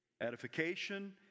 Edification